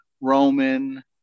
Roman